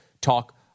talk